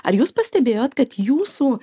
ar jūs pastebėjot kad jūsų